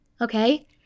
Okay